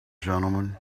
gentlemen